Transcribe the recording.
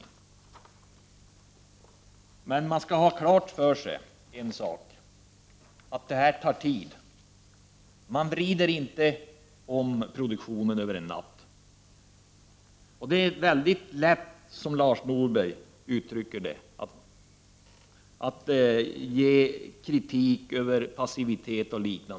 Men man måste också ha klart för sig en sak: Det här tar tid. Man vrider inte om produktionen över en natt. Det är lätt, som Lars Norberg gör, att framföra kritik över passivitet.